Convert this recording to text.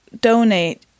donate